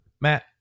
Matt